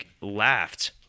laughed